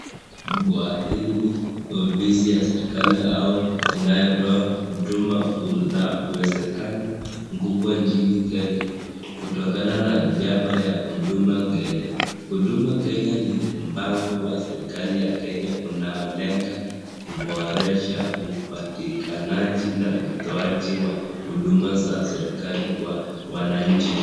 Kwa hili ofisi ya serikali au inayotoa huduma, kuna uwezekano mkubwa nchini Kenya. Kutokana na jambo ya Huduma Kenya. Huduma Kenya ni mpango wa serikali ya Kenya unaolenga kuboresha upatikanaji na utoaji wa huduma za serikali kwa wananchi.